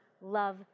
love